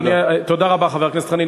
תודה רבה, חבר הכנסת חנין.